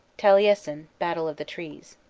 taliesin battle of the trees.